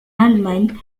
allemagne